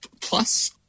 plus